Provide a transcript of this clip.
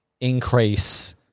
increase